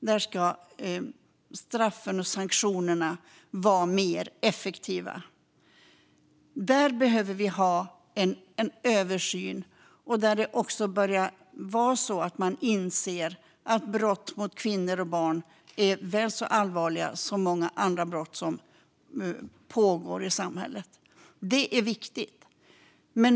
Där ska straffen och sanktionerna vara mer effektiva, och en översyn behöver ske. Man har börjat inse att brott mot kvinnor och barn är väl så allvarliga som många andra brott i samhället.